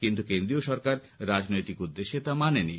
কিন্তু কেন্দ্রীয় সরকার রাজনৈতিক উদ্দেশ্যে তা মানেনি